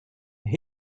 and